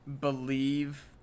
Believe